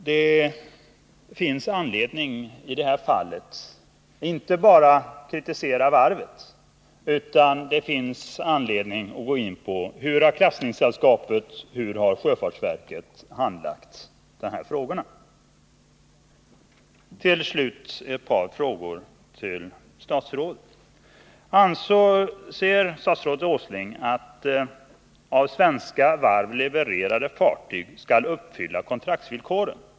Det finns anledning att inte bara kritisera varvet utan också undersöka hur klassningssällskapet och sjöfartsverket handlagt de här frågorna. Till sist ett par frågor till statsrådet: Anser statsrådet Åsling att av Svenska Varv levererade fartyg skall uppfylla kontraktsvillkoren?